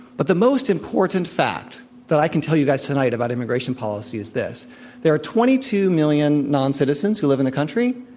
but the most important fact that i can tell you guys tonight about immigration policy is this there are twenty two million noncitizens who live in the country.